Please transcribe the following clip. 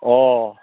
অঁ